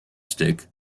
stick